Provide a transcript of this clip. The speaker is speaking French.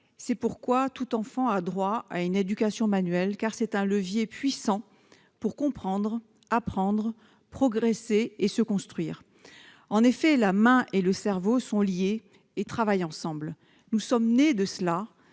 C'est pourquoi tout enfant a droit à une éducation manuelle, car c'est un levier puissant pour comprendre, apprendre, progresser et se construire. En effet, la main et le cerveau sont liés et travaillent ensemble. Nous sommes nés de cela,